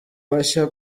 bashya